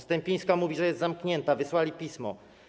Stępińska mówi, że jest zamknięta, wysłali pismo.